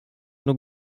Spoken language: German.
nur